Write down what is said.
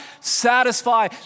satisfy